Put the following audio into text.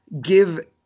give